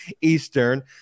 eastern